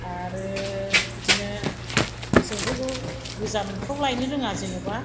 आरो बिदिनो जोंथ' गोजानफ्राव लायनो रोङा जेन'बा